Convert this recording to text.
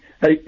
Hey